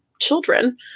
children